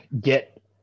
get